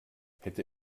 hätte